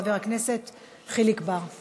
חבר הכנסת חיליק בר.